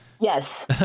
yes